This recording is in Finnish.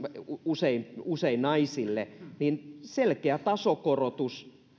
usein usein naisille selkeä tasokorotus